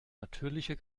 natürlicher